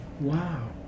Wow